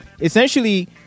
essentially